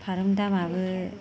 फारौनि दामाबो